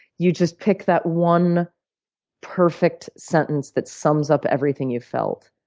you just pick that one perfect sentence that sums up everything you felt.